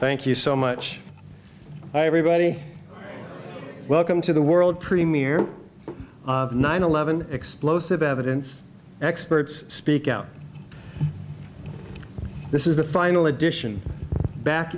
thank you so much everybody welcome to the world premier nine eleven explosive evidence experts speak out this is the final edition back